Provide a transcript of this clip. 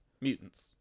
Mutants